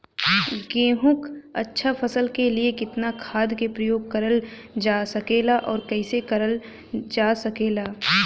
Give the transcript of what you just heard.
गेहूँक अच्छा फसल क लिए कितना खाद के प्रयोग करल जा सकेला और कैसे करल जा सकेला?